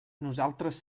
nosaltres